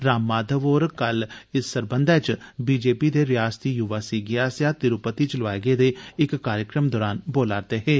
राम माधव होर कल इस सरबंधै च बीजेपी दे रिआसती युवा सीगे आसेआ तिरूपति च लोआए गेदे इक कार्यक्रम दौरान बोला'रदे हे